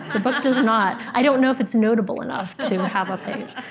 the book does not. i don't know if it's notable enough to have a page.